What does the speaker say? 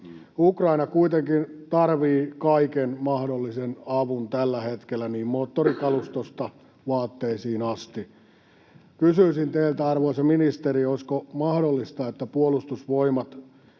Ukraina kuitenkin tarvitsee kaiken mahdollisen avun tällä hetkellä, moottorikalustosta vaatteisiin asti. Kysyisin teiltä, arvoisa ministeri: olisiko mahdollista, että Puolustusvoimat